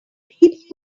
keep